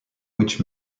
which